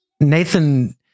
Nathan